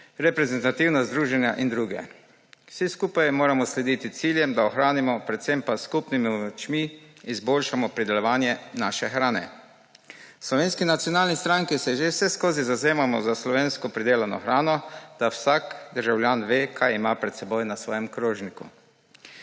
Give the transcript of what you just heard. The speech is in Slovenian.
reprezentativna združenja in druge. Vsi skupaj moramo slediti ciljem, da ohranimo predvsem pa s skupnimi močmi izboljšamo pridelovanje naše hrane. V SNS se že vseskozi zavzemamo za slovensko pridelano hrano, da vsak državljan ve, kaj ima pred seboj na svojem krožniku.